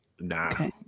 Nah